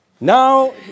Now